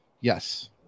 yes